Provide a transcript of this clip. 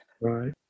Right